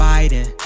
Biden